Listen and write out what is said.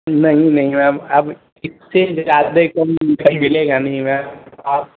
नहीं नहीं मैम अब इससे ज़्यादा कहीं मिलेगा नहीं मैम आप